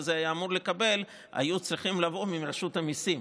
הזה היה אמור לקבל היו צריכים לבוא מרשות המיסים.